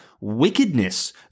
wickedness